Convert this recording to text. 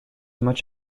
much